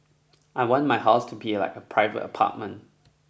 I want my house to be like a private apartment